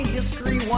History